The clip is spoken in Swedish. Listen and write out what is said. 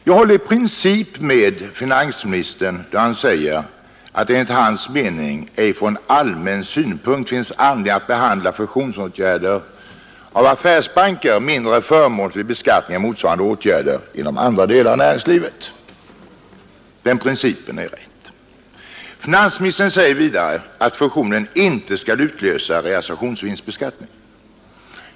Jag håller i princip med finansministern då han säger, att det enligt hans mening ej från allmän synpunkt finns anledning att behandla fusionsåtgärder av affärsbanker mindre förmånligt vid beskattningen än motsvarande åtgärder inom andra delar av näringslivet. Finansministern säger vidare, att fusionen inte skall utlösa realisationsvinstbeskattning.